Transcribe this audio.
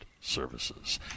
Services